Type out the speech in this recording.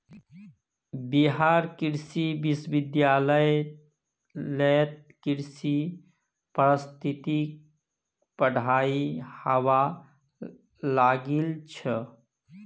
बिहार कृषि विश्वविद्यालयत कृषि पारिस्थितिकीर पढ़ाई हबा लागिल छ